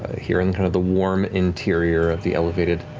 ah here in kind of the warm interior of the elevated,